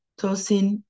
Tosin